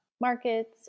markets